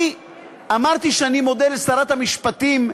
אני אמרתי שאני מודה לשרת המשפטים,